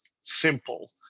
simple